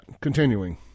Continuing